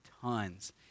tons